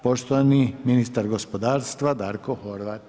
Poštovani ministar gospodarstva, Darko Horvat.